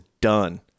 done